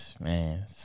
man